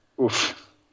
Oof